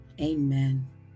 Amen